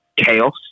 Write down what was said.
chaos